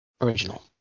Original